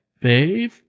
Babe